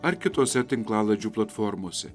ar kitose tinklalaidžių platformose